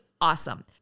awesome